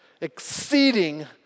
exceeding